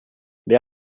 wer